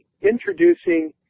introducing